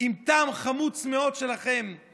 עם טעם חמוץ מאוד שלכם,